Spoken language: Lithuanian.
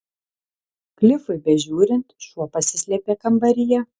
klifui bežiūrint šuo pasislėpė kambaryje